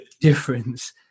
difference